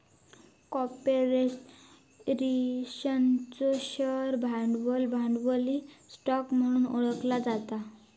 कॉर्पोरेशनचो शेअर भांडवल, भांडवली स्टॉक म्हणून ओळखला जाता